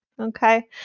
okay